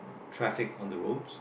traffic on the roads